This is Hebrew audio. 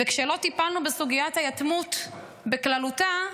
וכשלא טיפלנו בסוגיית היתמות בכללותה,